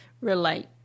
relate